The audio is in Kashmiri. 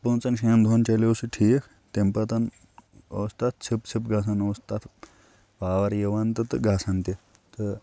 پانٛژَن شَن دۄہَن چَلیو سُہ ٹھیٖک تمہِ پَتہٕ ٲس تَتھ ژھِپ ژھِپ گژھان اوس تَتھ پاوَر یِوان تہٕ تہٕ گژھان تہِ تہٕ